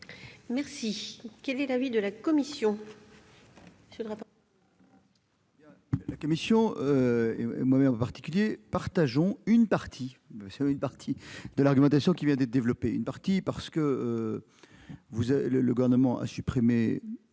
Quel est l'avis de la commission ?